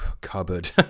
cupboard